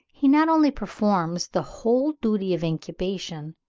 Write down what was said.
he not only performs the whole duty of incubation,